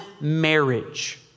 marriage